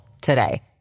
today